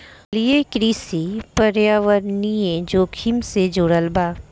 जलीय कृषि पर्यावरणीय जोखिम से जुड़ल बा